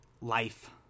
life